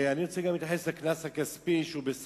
אני גם רוצה להתייחס לקנס הכספי בסך